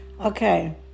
Okay